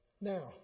Now